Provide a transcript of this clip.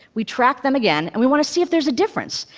we track them again, and we want to see if there's a difference.